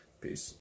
peace